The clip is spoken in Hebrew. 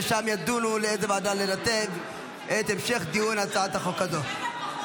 ושם ידונו לאיזה ועדה לנתב את המשך הדיון בהצעת החוק הזאת.